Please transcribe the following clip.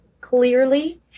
clearly